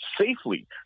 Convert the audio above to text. safely